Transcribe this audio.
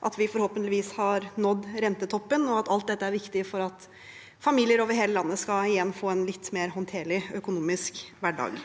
at vi forhåpentligvis har nådd rentetoppen, og at alt dette er viktig for at familier over hele landet igjen skal få en litt mer håndterlig økonomisk hverdag.